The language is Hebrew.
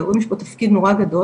להורים יש פה תפקיד נורא גדול,